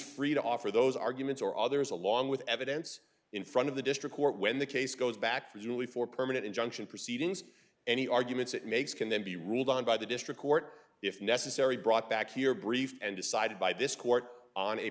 free to offer those arguments or others along with evidence in front of the district court when the case goes back to julie for permanent injunction proceedings any arguments it makes can then be ruled on by the district court if necessary brought back here brief and decided by this court on a